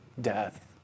death